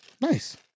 Nice